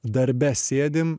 darbe sėdim